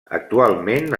actualment